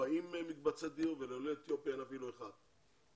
40 מקבצי דיור ולעולי אתיופיה אין אפילו אחד.